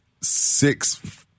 six